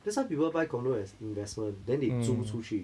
that's why people buy condo as investment then they 租出去